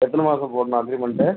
எத்தனை மாசம் போடணும் அக்ரீமெண்ட்டு